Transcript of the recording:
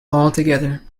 altogether